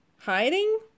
hiding